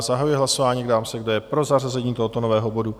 Zahajuji hlasování a ptám se, kdo je pro zařazení tohoto nového bodu?